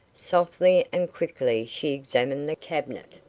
softly and quickly she examined the cabinet,